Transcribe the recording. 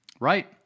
Right